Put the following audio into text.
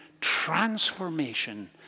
transformation